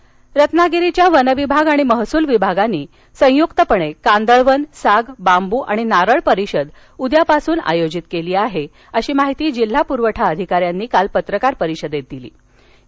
कांदळवन रत्नागिरी रत्नागिरीचा वन विभाग आणि महसूल विभाग यांनी संयुक्तपणे कांदळवन साग बांबू नारळ परिषद उद्यापासून आयोजित केली आहे अशी माहिती जिल्हा पुरवठा अधिकाऱ्यांनी काल पत्रकार परिषदेत ही माहिती दिली